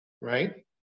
Right